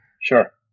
Sure